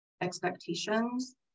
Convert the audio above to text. expectations